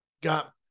got